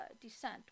descent